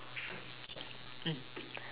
mm